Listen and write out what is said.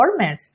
formats